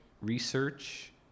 research